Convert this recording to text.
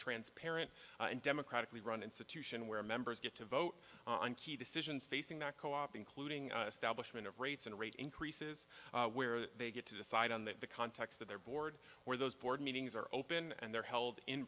transparent and democratically run institution where members get to vote on key decisions facing that co op including stablish min of rates and rate increases where they get to decide on that the context of their board where those board meetings are open and they're held in